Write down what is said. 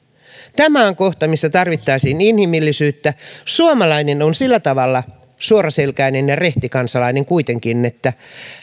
on kohta missä tarvittaisiin inhimillisyyttä suomalainen on sillä tavalla suoraselkäinen ja rehti kansalainen kuitenkin että